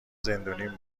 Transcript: زندونیم